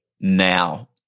now